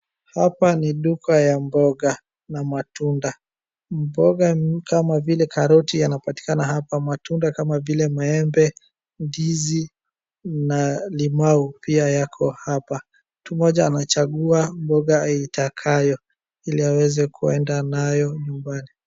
Hapa ni duka ya mboga, na matunda, mboga nyingi kama vile karoti yanapatikana hapa, matunda kama vile maembe, ndizi na limau pia yako hapa. Mtu mmoja anachagua mboga aitakayo ili aweze kuenda nayo nyumbani.